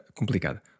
complicada